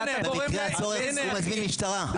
במקרה הצורך הוא מזמין משטרה.